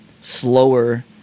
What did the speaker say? slower